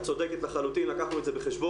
את צודקת לחלוטין, לקחנו את זה בחשבון.